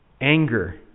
Anger